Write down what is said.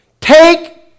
Take